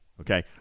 Okay